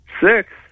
six